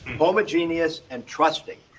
homogeneous and trusting.